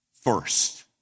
first